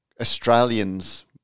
Australians